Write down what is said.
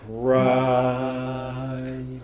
cry